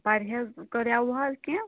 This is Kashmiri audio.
پرہیز کرے وُ حظ کینٛہہ